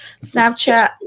Snapchat